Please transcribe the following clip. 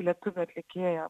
lietuvių atlikėjo